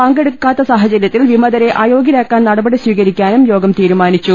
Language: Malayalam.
പങ്കെടു ക്കാത്ത സാഹചര്യത്തിൽ വിമതരെ അയോഗ്യരാക്കാൻ നടപടി സ്വീകരിക്കാനും യോഗം തീരുമാനിച്ചു